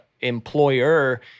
employer